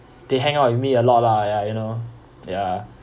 they hang out with me a lot lah ya you know ya